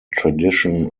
tradition